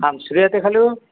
आं श्रूयते खलु